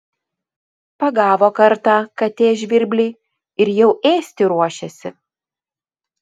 pagavo kartą katė žvirblį ir jau ėsti ruošiasi